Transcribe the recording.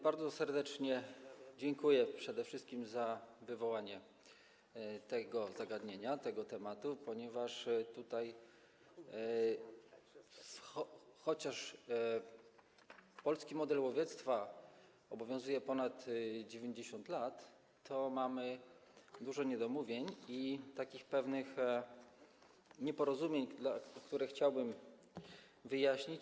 Bardzo serdecznie dziękuję przede wszystkim za wywołanie tego zagadnienia, tego tematu, ponieważ chociaż polski model łowiectwa obowiązuje ponad 90 lat, to mamy tutaj dużo niedomówień i pewnych nieporozumień, które chciałbym wyjaśnić.